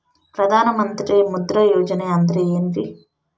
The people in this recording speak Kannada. ಪ್ರಧಾನ ಮಂತ್ರಿ ಮುದ್ರಾ ಯೋಜನೆ ಅಂದ್ರೆ ಏನ್ರಿ?